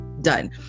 done